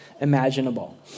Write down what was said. imaginable